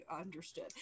understood